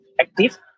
active